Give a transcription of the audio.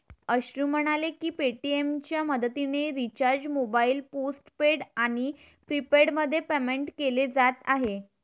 अश्रू म्हणाले की पेटीएमच्या मदतीने रिचार्ज मोबाईल पोस्टपेड आणि प्रीपेडमध्ये पेमेंट केले जात आहे